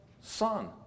son